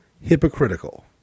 hypocritical